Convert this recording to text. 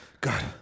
God